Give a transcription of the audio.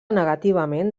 negativament